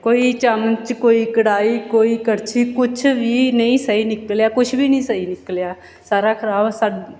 ਕੋਈ ਚਮਚ ਕੋਈ ਕੜਾਹੀ ਕੋਈ ਕੜਛੀ ਕੁਛ ਵੀ ਨਹੀਂ ਸਹੀ ਨਿਕਲਿਆ ਕੁਛ ਵੀ ਨਹੀਂ ਸਹੀ ਨਿਕਲਿਆ ਸਾਰਾ ਖਰਾਬ ਸਾ